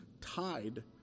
tied